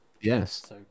Yes